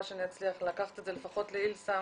שאצליח לקחת את זה לפחות לאיל-סם,